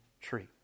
tree